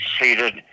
seated